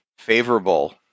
favorable